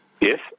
Yes